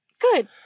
good